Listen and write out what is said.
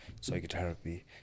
psychotherapy